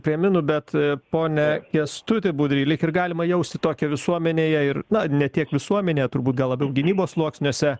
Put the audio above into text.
prie minų bet a pone kęstuti budry lyg ir galima jausti tokią visuomenėje ir na ne tiek visuomenė turbūt gal labiau gynybos sluoksniuose